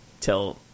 tell